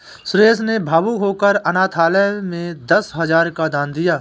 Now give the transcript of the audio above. सुरेश ने भावुक होकर अनाथालय में दस हजार का दान दिया